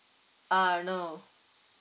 uh no